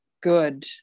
good